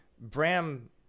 Bram